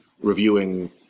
reviewing